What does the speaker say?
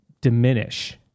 diminish